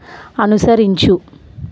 అనుసరించు